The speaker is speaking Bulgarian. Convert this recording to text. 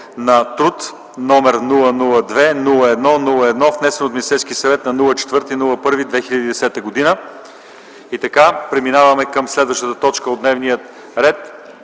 на труд, № 002-01-1, внесен от Министерския съвет на 4.01.2010 г. Преминаваме към следващата точка от дневния ред: